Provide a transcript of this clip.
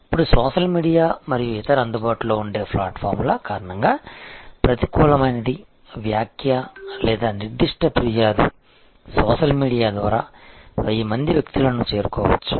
ఇప్పుడు social media మరియు ఇతర అందుబాటులో ఉండే ప్లాట్ఫారమ్ల కారణంగా ప్రతికూలమైనది వ్యాఖ్య లేదా నిర్దిష్ట ఫిర్యాదు సోషల్ మీడియా ద్వారా 1000 మంది వ్యక్తులను చేరుకోవచ్చు